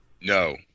No